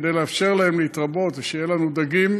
כדי לאפשר להם להתרבות ושיהיו לנו דגים,